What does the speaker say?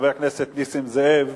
חבר הכנסת נסים זאב,